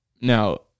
Now